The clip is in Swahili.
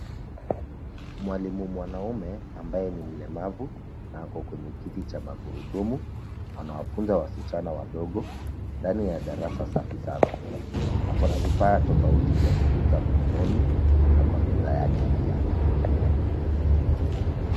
Mwalimu mwanaume, ambaye ni mlemavu, na ako kwenye kiti cha magurudumu, anawafunza wasichana wadogo, ndani ya darasa safi sana. Ako na vifaa tofauti vya kufunza mkononi, na kwa meza yake pia.